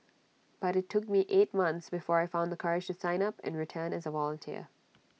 but IT took me eight months before I found the courage to sign up and return as A volunteer